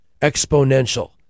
Exponential